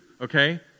okay